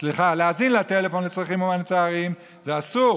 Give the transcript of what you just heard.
סליחה, להאזין לטלפון לצרכים הומניטריים זה אסור,